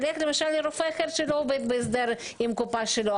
ילך למשל לרופא אחר שלא עובד בהסדר עם קופה שלו,